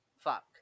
fuck